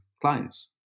clients